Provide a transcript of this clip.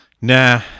Nah